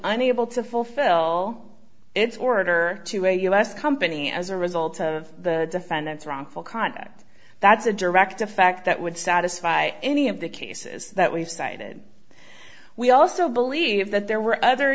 unable to fulfill its order to a u s company as a result of the defendant's wrongful conduct that's a direct effect that would satisfy any of the cases that we've cited we also believe that there were other